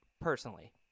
personally